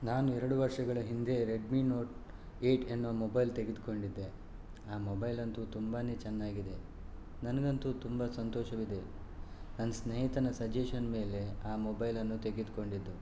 ನಾನು ಎರಡು ವರ್ಷಗಳ ಹಿಂದೆ ರೆಡ್ಮಿ ನೋಟ್ ಏಯ್ಟ್ ಎನ್ನೋ ಮೊಬೈಲ್ ತೆಗೆದ್ಕೊಂಡಿದ್ದೆ ಆ ಮೊಬೈಲಂತು ತುಂಬಾನೇ ಚೆನ್ನಾಗಿದೆ ನನಗಂತೂ ತುಂಬ ಸಂತೋಷವಿದೆ ನನ್ನ ಸ್ನೇಹಿತನ ಸಜೆಶನ್ ಮೇಲೆ ಆ ಮೊಬೈಲನ್ನು ತೆಗೆದ್ಕೊಂಡಿದ್ದು